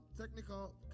Technical